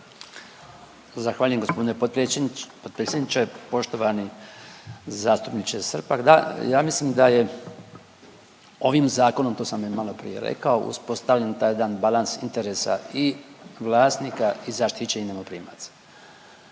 Zahvaljujem g. potpredsjedniče. Poštovani zastupniče Srpak, da, ja mislim da je ovim zakonom, to sam i maloprije rekao, uspostavljen taj jedan balans interesa i vlasnika i zaštićenih najmoprimaca.